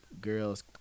girls